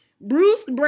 Bruce